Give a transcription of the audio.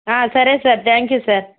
సరే sir thank you sir